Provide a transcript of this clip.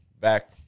Back